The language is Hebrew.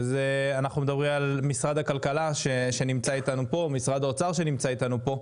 ואנחנו מדברים על משרד הכלכלה ומשרד האוצר שנמצאים איתנו כאן,